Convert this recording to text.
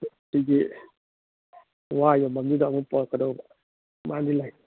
ꯁꯤꯒꯤ ꯋꯥ ꯌꯣꯟꯕꯝꯁꯤꯗ ꯑꯃꯨꯛ ꯄꯣꯔꯛꯀꯗꯧꯕ